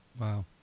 Wow